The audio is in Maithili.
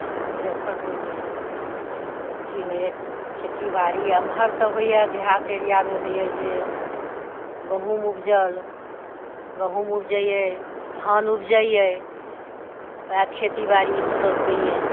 मुजफ्फरपुरमे अथी होइए खेती बारी एमहर तऽ होइए देहात एरियामे होइए जे गहुम उपजल गहुम उपजैये धान उपजैये वएह खेती बारी सब होइए